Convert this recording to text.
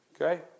Okay